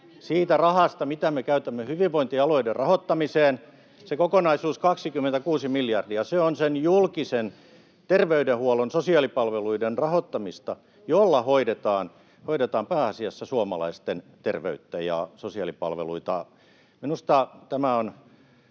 mitä me käytämme hyvinvointialueiden rahoittamiseen. Se kokonaisuus, 26 miljardia, on sen julkisen terveydenhuollon ja sosiaalipalveluiden rahoittamista, joilla pääasiassa hoidetaan suomalaisten terveyttä ja sosiaalipalveluita. Minusta tämä on